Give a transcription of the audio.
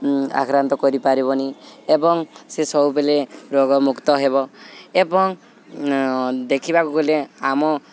ଆକ୍ରାନ୍ତ କରିପାରିବନି ଏବଂ ସେ ସବୁବେଳେ ରୋଗମୁକ୍ତ ହେବ ଏବଂ ଦେଖିବାକୁ ଗଲେ ଆମ